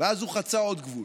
ואז הוא חצה עוד גבול.